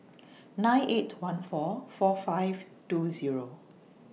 nine eight one four four five two Zero